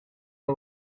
the